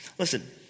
Listen